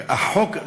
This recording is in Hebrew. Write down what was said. החוק,